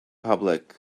public